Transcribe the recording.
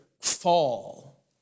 fall